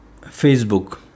Facebook